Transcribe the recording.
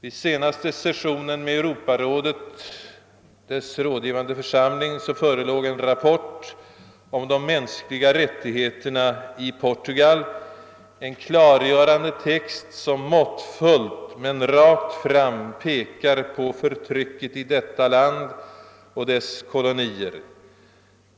Vid den senaste sessionen med Europarådets rådgivande församling förelåg en rapport om de mänskliga rättigheterna i Portugal med en klargörande text, som måttfullt men rakt fram pekar på förtrycket i detta land och dess kolonier.